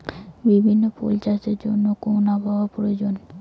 বিভিন্ন ফুল চাষের জন্য কোন আবহাওয়ার প্রয়োজন?